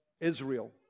Israel